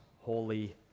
holy